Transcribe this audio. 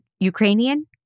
Ukrainian